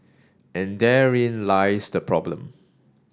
and therein lies the problem